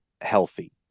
healthy